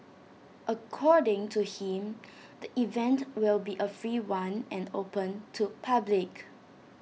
according to him the event will be A free one and open to public